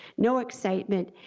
no excitement,